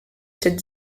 cette